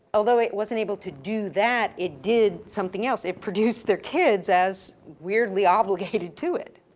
although it wasn't able to do that, it did something else, it produced their kids as weirdly obligated to it,